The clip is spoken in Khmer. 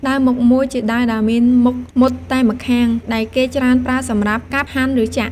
ដាវមុខមួយ ជាដាវដែលមានមុខមុតតែម្ខាង ដែលគេច្រើនប្រើសម្រាប់កាប់ ហាន់ ឬចាក់។